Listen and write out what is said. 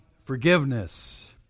forgiveness